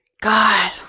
God